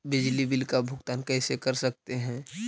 बिजली बिल का भुगतान कैसे कर सकते है?